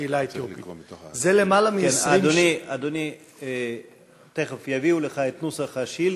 חברי חברי הכנסת ואדוני סגן שר החינוך,